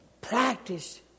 practice